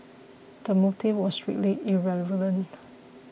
the motive was strictly irrelevant